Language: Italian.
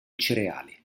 cereali